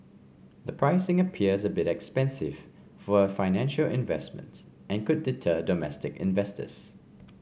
the pricing appears a bit expensive for a financial investment and could deter domestic investors